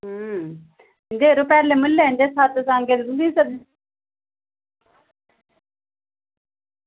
अं ते परले म्हल्लै सत्संग तुसेंगी सद्दे दा